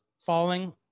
falling